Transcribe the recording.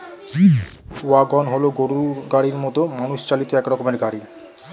wagon হল গরুর গাড়ির মতো মানুষ চালিত এক রকমের গাড়ি